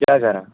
کیٛاہ کَران